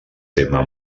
tema